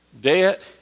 debt